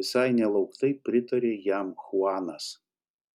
visai nelauktai pritarė jam chuanas